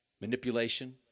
manipulation